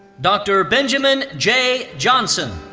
dr. benjamin jay johnson.